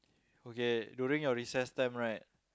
okay during your recess time right